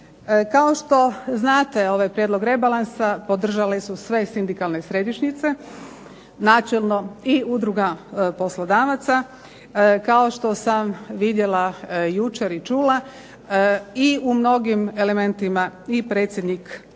Kao što znate, ovaj prijedlog rebalansa podržale su sve sindikalne središnjice, načelno i udruga poslodavaca, kao što sam vidjela jučer i čula i u mnogim elementima i predsjednik države.